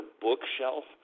bookshelf